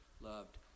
loved